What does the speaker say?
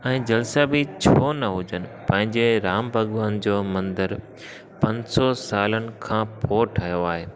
ऐं जलसा बि छो न हुजनि पंहिजे राम भॻवान जो मंदिरु पंज सौ सालनि खां पोइ ठहियो आहे